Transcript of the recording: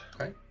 Okay